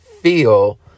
feel